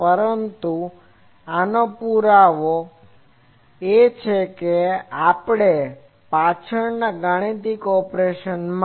પરંતુ આ આનો પુરાવો છે આ પાછળ આ ગાણિતિક ઓપરેશન છે